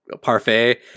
parfait